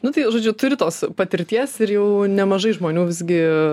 nu tai žodžiu turi tos patirties ir jau nemažai žmonių visgi